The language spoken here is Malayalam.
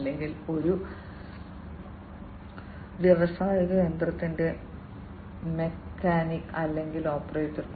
അല്ലെങ്കിൽ ഒരു വ്യാവസായിക യന്ത്രത്തിന്റെ മെക്കാനിക്ക് അല്ലെങ്കിൽ ഓപ്പറേറ്റർ